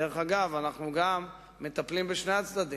דרך אגב, אנחנו גם מטפלים בשני הצדדים.